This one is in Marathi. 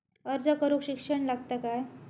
अर्ज करूक शिक्षण लागता काय?